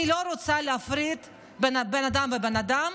אני לא רוצה להפריד בין אדם לאדם,